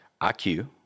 IQ